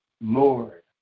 Lord